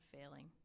failing